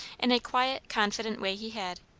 in a quiet confident way he had,